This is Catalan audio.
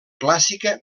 clàssica